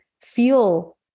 feel